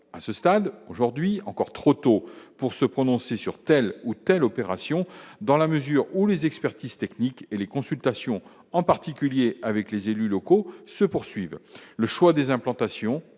à ce stade, aujourd'hui encore trop tôt pour se prononcer sur telle ou telle opération dans la mesure où les expertises techniques et les consultations en particulier avec les élus locaux se poursuivent, le choix des implantations